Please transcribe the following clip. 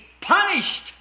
punished